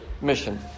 mission